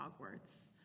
Hogwarts